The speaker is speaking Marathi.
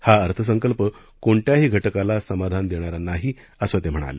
हा अर्थसंकल्प कोणत्याही घटकाला समाधान देणारा नाही असं ते म्हणाले